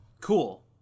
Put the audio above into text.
Cool